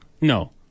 No